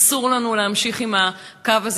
אסור לנו להמשיך עם הקו הזה.